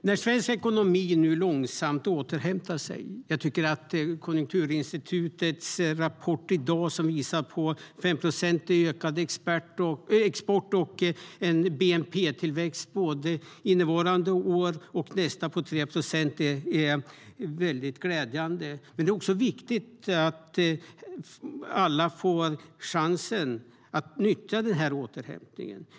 När svensk ekonomi nu långsamt återhämtar sig - jag tycker att Konjunkturinstitutets rapport i dag, som visar på 5-procentig ökad export och en bnp-tillväxt på 3 procent för innevarande år och nästa år är väldigt glädjande - är det viktigt att alla får en chans att dra nytta av återhämtningen.